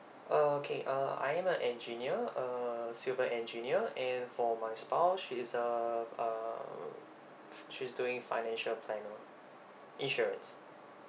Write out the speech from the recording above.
okay uh I'm a engineer uh civil engineer and for my spouse she's uh err she's doing financial planner insurance